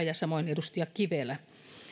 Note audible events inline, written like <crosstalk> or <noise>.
<unintelligible> ja samoin edustaja kivelä olivat mukana